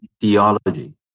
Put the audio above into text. theology